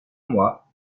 mois